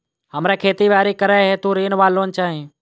हमरा खेती बाड़ी करै हेतु ऋण वा लोन चाहि?